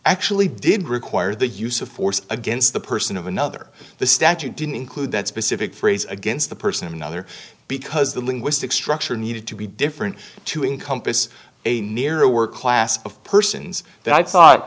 actually did require the use of force against the person of another the statute didn't include that specific phrase against the person of another because the linguistic structure needed to be different to encompass a narrower class of persons that i thought